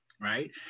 Right